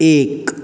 एक